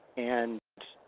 and